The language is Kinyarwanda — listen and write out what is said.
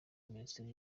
minisiteri